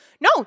No